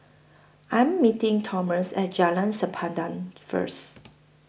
I Am meeting Tomas At Jalan Sempadan First